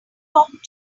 talk